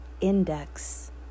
Index